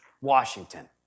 Washington